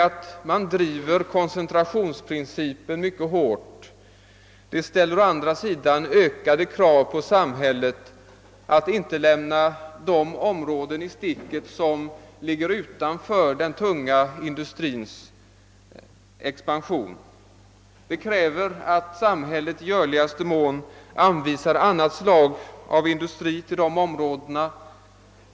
Att driva koncentrationsprincipen mycket hårt ställer å andra sidan ökade krav på att samhället inte skall lämna de områden i sticket som ligger utanför den tunga industrins expansion. Det kräver att samhället i görligaste mån anvisar annat slag av industri till dessa områden.